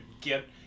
get